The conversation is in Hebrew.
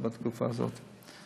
בתקופה הזאת.